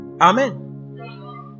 Amen